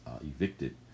evicted